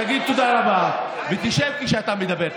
תגיד תודה רבה ותשב כשאתה מדבר.